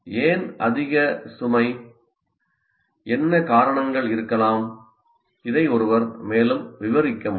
ஏன் அதிக சுமை என்ன காரணங்கள் இருக்கலாம் இதை ஒருவர் மேலும் விவரிக்க முடியும்